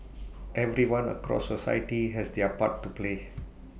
everyone across society has their part to play